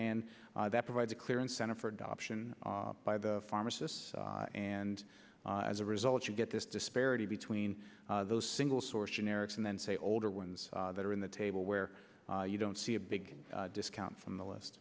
and that provides a clear incentive for adoption by the pharmacists and as a result you get this disparity between those single source generics and then say older ones that are in the table where you don't see a big discount from the list